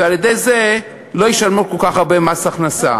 ועל-ידי זה לא ישלמו כל כך הרבה מס הכנסה.